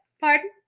Pardon